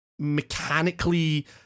Mechanically